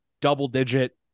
double-digit